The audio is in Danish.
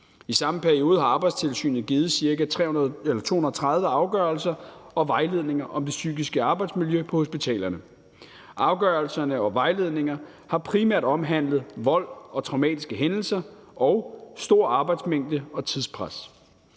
I samme periode har Arbejdstilsynet givet ca. 230 afgørelser og vejledninger om det psykiske arbejdsmiljø på hospitalerne. Afgørelserne og vejledningerne har primært omhandlet vold og traumatiske hændelser og stor arbejdsmængde og tidspres.